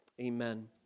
Amen